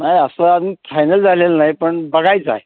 नाही असं आम्ही फायनल झालेलं नाही पण बघायचं आहे